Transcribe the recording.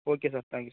okay sir thank you